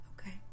okay